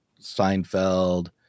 Seinfeld